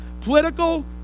Political